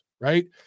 right